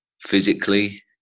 Physically